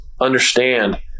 understand